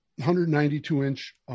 192-inch